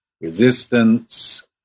resistance